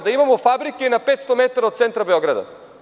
Da imamo fabrike na 500 metara od centra Beograda?